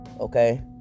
okay